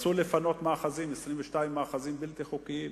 רצו לפנות מאחזים, 22 מאחזים בלתי חוקיים.